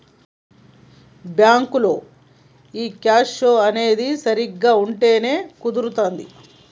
బ్యాంకులో ఈ cash flow అనేది సరిగ్గా ఉంటేనే కుదురుతాది